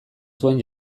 zuen